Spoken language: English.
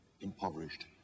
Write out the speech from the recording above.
impoverished